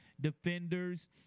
defenders